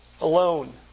alone